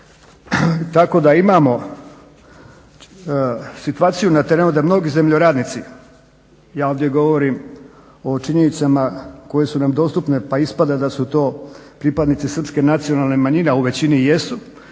tako da imamo situaciju na terenu da mnogi zemljoradnici, ja ovdje govorim o činjenicama koje su nam dostupne pa ispada da su to pripadnici srpske nacionalne manjine a u većini jesu